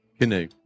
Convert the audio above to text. Canoe